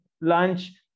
lunch